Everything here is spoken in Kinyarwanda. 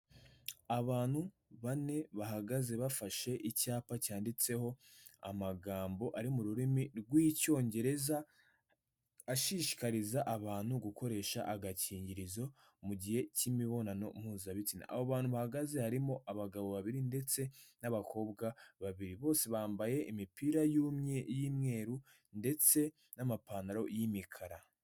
Abantu bane bahagaze bafashe icyapa cyanditseho amagambo ari mu rurimi rw'icyongereza ashishikariza abantu gukoresha agakingirizo mu gihe cy'imibonano mpuzabitsina. Abo abantu bahagaze harimo abagabo babiri ndetse n'abakobwa babiri bose bambaye imipira y'umweru ndetse n'amapantaro y'mikara.